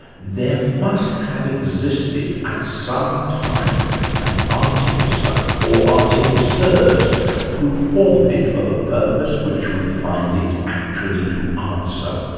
there must have existed at some time an artificer or artificers who formed it for the purpose which we find it actually to answer,